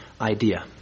idea